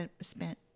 spent